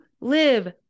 live